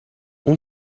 اون